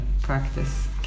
practice